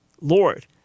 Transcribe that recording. Lord